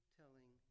telling